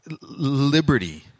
liberty